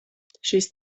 šis